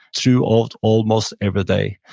throughout almost every day.